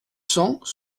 cents